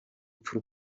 rupfu